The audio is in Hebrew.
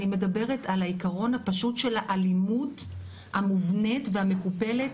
אני מדברת על העיקרון הפשוט של האלימות המובנת והמקופלת